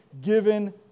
given